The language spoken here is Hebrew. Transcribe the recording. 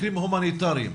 מקרים הומניטריים,